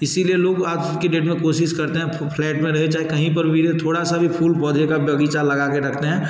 इसी लिए लोग आज की डेट में कोशिश करते हैं फ्लैट में रहे चाहे कहीं पर भी रहे थोड़ा सा भी फूल पौधे का बग़ीचा लगा के रखते हैं